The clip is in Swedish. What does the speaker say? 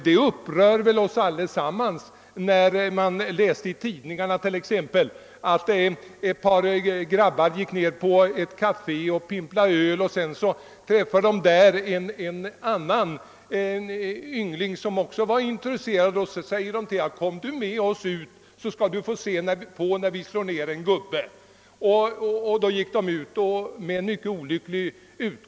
Det upprörde väl oss alla när vi läste i tidningarna om att ett par pojkar gick in på ett kafé och pimplade öl, varefter de träffade en annan yngling med samma intressen. De sade att han skulle följa med dem för att se när de slog ned en gubbe. Sedan gick de ut, och konsekvenserna blev mycket olyckliga.